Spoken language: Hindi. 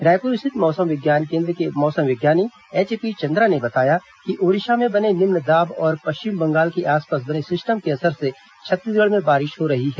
रायपुर स्थित मौसम विज्ञान केन्द्र के मौसम विज्ञानी एचपी चंद्रा ने बताया कि ओडिशा में बने निम्न दाब और पश्चिम बंगाल के आसपास बने सिस्टम के असर से छत्तीसगढ़ में बारिश हो रही है